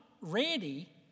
ready